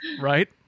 Right